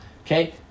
okay